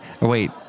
Wait